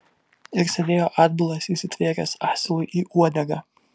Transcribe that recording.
ir sėdėjo atbulas įsitvėręs asilui į uodegą